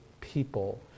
people